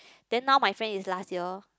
then now my friend is last year